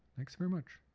thanks very much.